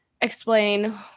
explain